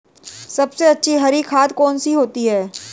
सबसे अच्छी हरी खाद कौन सी होती है?